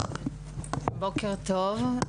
בוקר טוב.